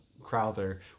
Crowther